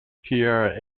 pierre